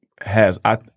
has—I